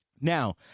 Now